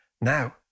Now